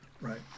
Right